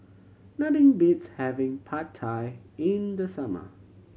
nothing beats having Pad Thai in the summer